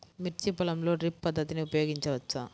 మిర్చి పొలంలో డ్రిప్ పద్ధతిని ఉపయోగించవచ్చా?